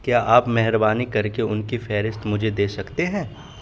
کیا آپ مہربانی کرکے ان کی فہرست مجھے دے سکتے ہیں